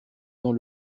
dans